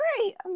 great